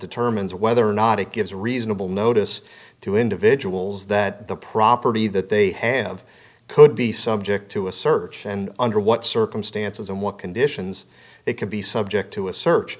determines whether or not it gives reasonable notice to individuals that the property that they have could be subject to a search and under what circumstances and what conditions they could be subject to a search